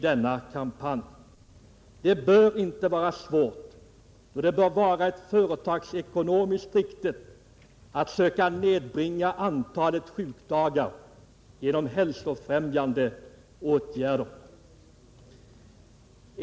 Det bör inte vara svårt och det bör vara företagsekonomiskt riktigt att söka nedbringa antalet sjukdagar genom hälsofrämjande åtgärder.